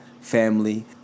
family